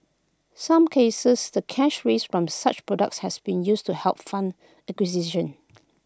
some cases the cash raised from such products has been used to help fund acquisition